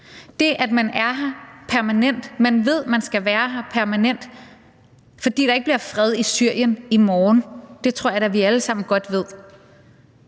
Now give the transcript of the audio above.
Det, at man er her permanent, og at man ved, man skal være her permanent, fordi der ikke bliver fred i Syrien i morgen – det tror jeg da vi alle sammen godt ved